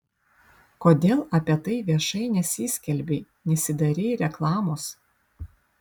kodėl apie tai viešai nesiskelbei nesidarei reklamos